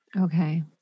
Okay